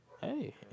Hey